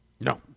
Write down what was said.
no